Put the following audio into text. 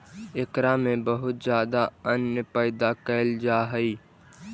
एकरा में बहुत ज्यादा अन्न पैदा कैल जा हइ